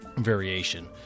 variation